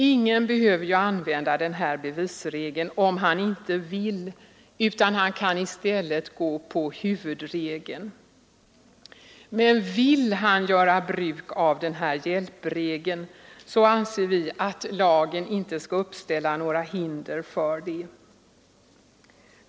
Ingen behöver ju använda denna bevisregel om han inte vill, utan han kan i stället gå till huvudregeln. Men vill han göra bruk av denna hjälpregel, anser vi att lagen inte skall uppställa några hinder härför.